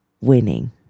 Winning